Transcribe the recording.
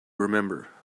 remember